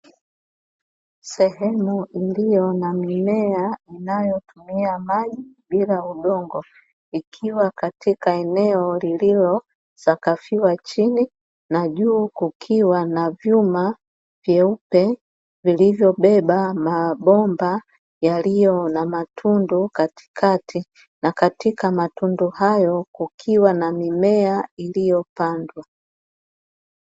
Sehemu iliyo na mimea inayotumia maji bila udongo, ikiwa katika eneo lililosakafiwa chini, na juu kukiwa na vyuma vyeupe vilivyobeba mabomba yaliyo na matundu katikati, na katika matundu hayo kukiwa na mimea iliyopandwa.